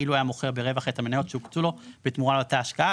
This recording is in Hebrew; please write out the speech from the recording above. אילו היה מוכר ברווח את המניות שהוקצו לו בתמורה לאותה השקעה,